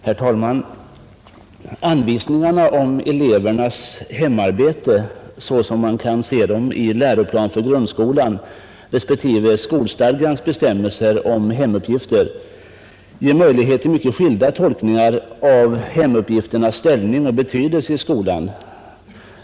Herr talman! Anvisningarna om elevernas hemarbete, såsom de framställts i Läroplan för grundskolan respektive skolstadgans bestämmelser om hemuppgifter, ger möjlighet till skilda tolkningar av hemuppgifternas ställning och betydelse i skolan.